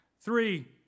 Three